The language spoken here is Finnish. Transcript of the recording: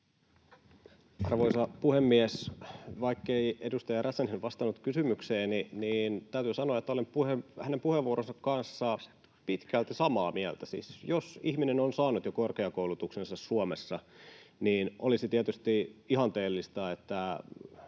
Arvoisa puhemies! Vaikkei edustaja Räsänen vastannut kysymykseeni, niin täytyy sanoa, että olen hänen puheenvuoronsa kanssa pitkälti samaa mieltä. Siis jos ihminen on saanut jo korkeakoulutuksensa Suomessa, niin olisi tietysti ihanteellista, että